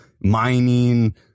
mining